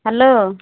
hello